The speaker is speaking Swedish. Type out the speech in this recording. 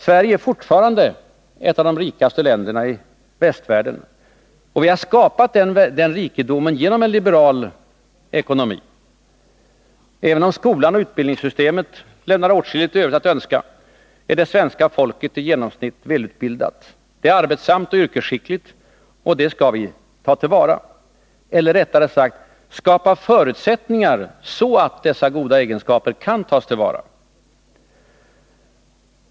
Sverige är fortfarande ett av de rikaste länderna i västvärlden, och vi har skapat den rikedomen genom en liberal ekonomi. Även om skolan och utbildningssystemet lämnar åtskilligt övrigt att önska, är det svenska folket i genomsnitt välutbildat. Det är arbetsamt och yrkesskickligt. Och vi skall ta till vara detta — eller rättare sagt skapa förutsättningar för att dessa goda egenskaper skall kunna tas till vara.